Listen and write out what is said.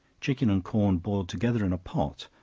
chicken and corn boiled together in a pot,